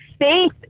Faith